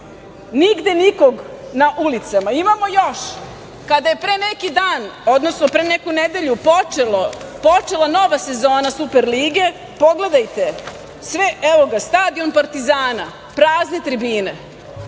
nigde nikog na ulicama. Imamo još, kada je pre neki dan, odnosno pre neku nedelju počela nova sezona Superlige, pogledajte, evo ga stadion Partizana, prazne tribine.